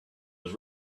was